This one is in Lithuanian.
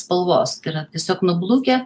spalvos tai yra tiesiog nublukę